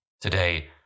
Today